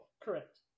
correct